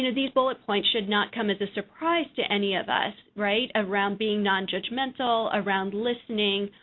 and these bullet points should not come as a surprise to any of us, right. around being nonjudgmental, around listening,